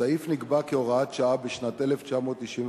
הסעיף נקבע כהוראת שעה בשנת 1995,